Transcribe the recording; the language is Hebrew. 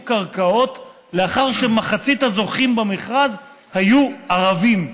קרקעות לאחר שמחצית מהזוכים במכרז היו ערבים,